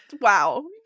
Wow